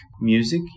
music